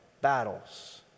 battles